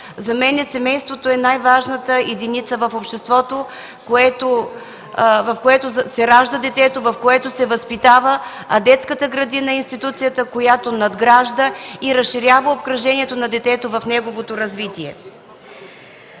за мен семейството е най-важната единица в обществото, в което детето се ражда, в което се възпитава. Детската градина е институцията, която надгражда и разширява обкръжението на детето в неговото развитие.